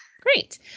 Great